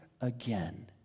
again